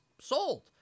sold